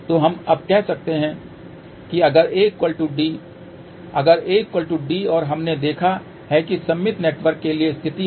तो हम अब कह सकते हैं कि अगर A D अगर A D और हमने देखा है कि सममित नेटवर्क के लिए स्थिति है